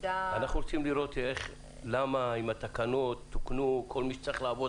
-- אנחנו רוצים לראות אם התקנות תוקנו וכל מי שצריך לעבוד